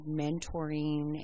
mentoring